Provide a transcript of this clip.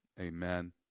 Amen